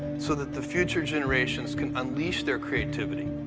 so that the future generations can unleash their creativity.